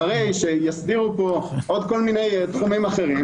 אחרי שיסדירו פה עוד דברים אחרים,